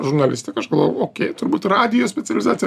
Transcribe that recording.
žurnalistiką aš galvojau okei turbūt radijo specializacija